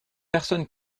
personne